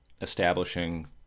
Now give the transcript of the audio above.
establishing